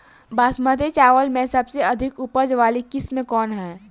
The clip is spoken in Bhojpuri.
बासमती चावल में सबसे अधिक उपज वाली किस्म कौन है?